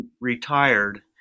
retired